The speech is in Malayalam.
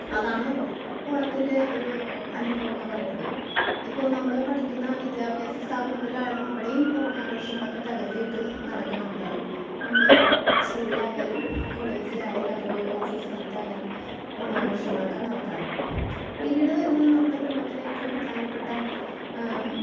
അതാണ് ഓണത്തിൻ്റെ ഒരു അനുഭവം എന്ന് പറയുന്നത് ഇപ്പോൾ നമ്മൾ പഠിക്കുന്ന വിദ്യാഭ്യാസ സ്ഥാപനങ്ങളിലായാലും അവിടെയും ഇപ്പോൾ ഓണാഘോങ്ങളൊക്കെ തകൃതിയായിട്ട് നടക്കുന്നുണ്ട് നമ്മൾ സ്കൂളിലായാലും കോളേജിലായാലും അതു പോലെ ഓഫീസ് സ്ഥലത്തായാലും ഓണാഘോഷങ്ങളൊക്കെ നടത്താറുണ്ട് പിന്നീട് വരുന്ന നമ്മുടെ കുടുംബത്തിലേറ്റവും പ്രധാനപ്പെട്ട